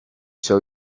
show